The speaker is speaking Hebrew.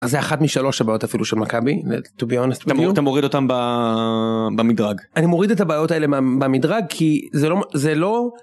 אז זה אחת משלוש הבעיות אפילו של מכבי. טו-בי-הונסט, אתה מוריד אותם במדרג. אני מוריד את הבעיות האלה במדרג כי זה לא זה לא.